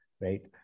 right